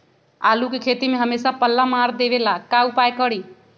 आलू के खेती में हमेसा पल्ला मार देवे ला का उपाय करी?